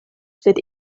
sed